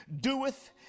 doeth